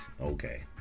Okay